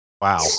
Wow